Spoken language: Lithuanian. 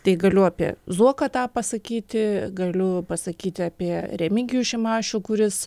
tai galiu apie zuoką tą pasakyti galiu pasakyti apie remigijų šimašių kuris